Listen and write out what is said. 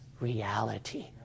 reality